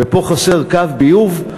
ופה חסר קו ביוב.